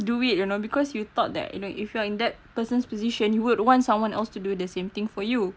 do it you know because you thought that you know if you are in that person's position you would want someone else to do the same thing for you